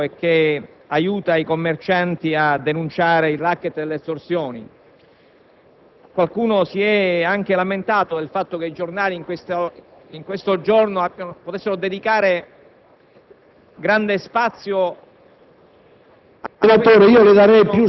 diffusa nel territorio che aiuta i commercianti a denunciare il *racket* e le estorsioni. Qualcuno si è anche lamentato del fatto che i giornali, in questo giorno, potessero dedicare grande spazio